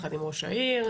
ביחד עם ראש העיר,